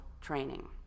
training